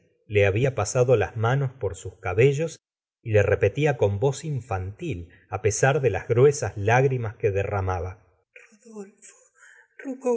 le babia pasado las manos por sus cabellos y le repetía con voz infantil á pesar de las gruesas lágrimas que derramaba